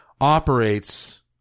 operates